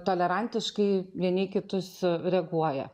tolerantiškai vieni kitus reaguoja